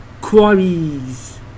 Quarries